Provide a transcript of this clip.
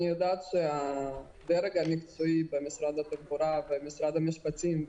אני יודעת שהדרג המקצועי במשרד התחבורה ובמשרד המשפטים,